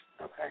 Okay